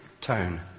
tone